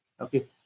okay